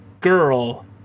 girl